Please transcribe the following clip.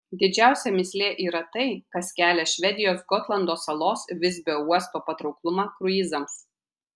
didžiausia mįslė yra tai kas kelia švedijos gotlando salos visbio uosto patrauklumą kruizams